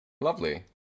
lovely